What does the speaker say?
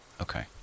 Okay